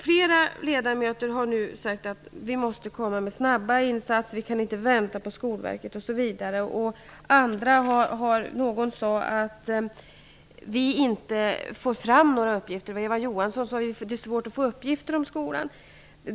Flera ledamöter har här sagt att vi måste komma med snabba insatser, att vi inte kan vänta på Skolverket osv. Eva Johansson sade att det är svårt att få fram några uppgifter om skolan.